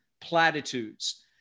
platitudes